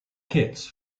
kits